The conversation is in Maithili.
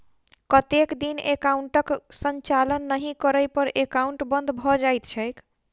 कतेक दिन एकाउंटक संचालन नहि करै पर एकाउन्ट बन्द भऽ जाइत छैक?